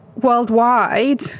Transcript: worldwide